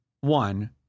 One